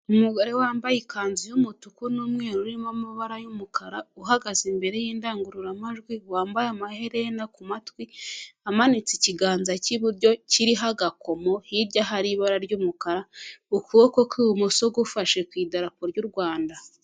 Umugore wambaye ikanzu y'umutuku n'umweru urimo amabara y'umukara, uhagaze imbere y'indangururamajwi, wambaye amaherena ku matwi, amanitse ikiganza cy'iburyo kiriho agakomo, hirya hari ibara ry'umukara, ukuboko ku ibumoso gufashe ku idarapo ry'u Rwanda.